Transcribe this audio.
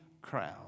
crowd